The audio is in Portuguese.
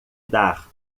dar